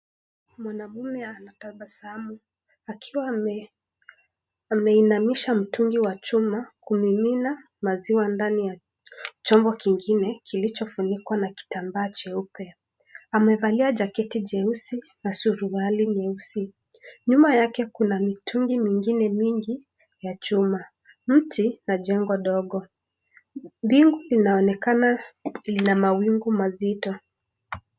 Mwanamume anatabasamu akiwa ameinamisha mtungi wa chuma kumimina maziwa ndani ya chombo kingine kilichofunikwa na kitambaa cheupe. Amevalia jaketi jeusi na suruali nyeusi. Nyuma yake kuna mitungi mengine mingi ya chuma, mti na jengo ndogo. Mbingu linaonekana lina mawingu mazito.